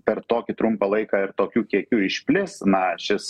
per tokį trumpą laiką ir tokiu kiekiu išplis na šis